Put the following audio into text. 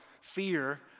fear